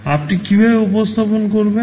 আপনি কীভাবে উপস্থাপন করবেন